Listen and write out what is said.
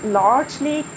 largely